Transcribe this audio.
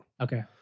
Okay